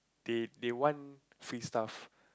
they they want free stuff